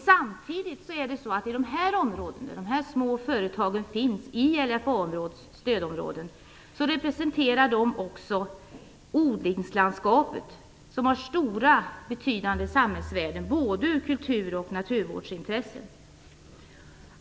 Samtidigt representerar de här små företagen, som finns i LFA-stödområden, också odlingslandskapet, som har stora betydande samhällsvärden ur både kultur och naturvårdsintresse.